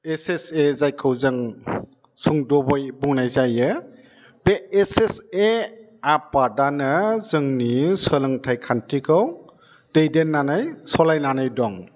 S S A जायखौ जों सुंद'बै बुंनाय जायो बे एस एस ए आफादानो जोंनि सोलोंथाइ खान्थिखौ दैदेननानै सालायनानै दं